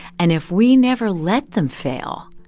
and if we never let them fail,